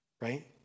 right